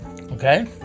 okay